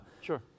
Sure